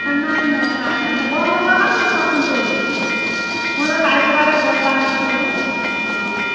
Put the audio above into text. অঁ নাই নাই নাই নাই মই গম নাপাওঁ কাৰণেতো তোমাক ফোন কৰি সুধিছোঁ মই বোলো তাই কিবা এটা গম পায় নেকি বোলো অঁ